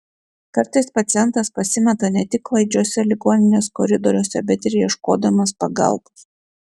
kartais pacientas pasimeta ne tik klaidžiuose ligoninės koridoriuose bet ir ieškodamas pagalbos